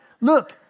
Look